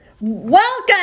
Welcome